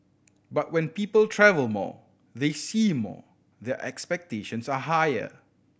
but when people travel more they see more their expectations are higher